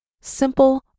Simple